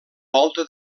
volta